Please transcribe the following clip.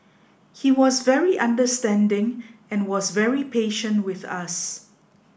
he was very understanding and was very patient with us